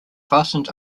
fastened